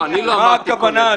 מה הכוונה?